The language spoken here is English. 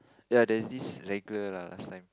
ya there is this lah last time